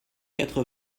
quatre